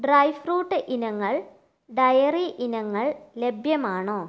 dry fruit ഇനങ്ങൾ dairy ഇനങ്ങൾ ലഭ്യമാണോ